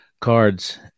cards